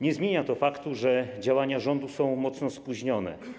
Nie zmienia to faktu, że działania rządu są mocno spóźnione.